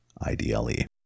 I-D-L-E